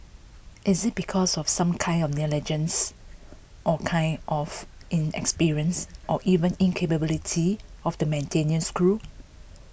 is it because of some kind of negligence or kind of inexperience or even incapability of the maintenance crew